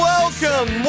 Welcome